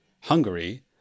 Hungary